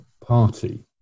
party